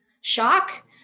shock